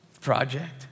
Project